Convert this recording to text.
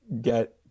get